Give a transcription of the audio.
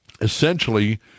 essentially